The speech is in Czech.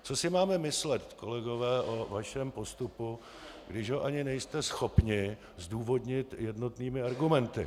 Co si máme myslet, kolegové, o vašem postupu, když ho ani nejste schopni zdůvodnit jednotnými argumenty?